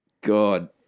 God